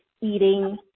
eating